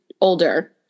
older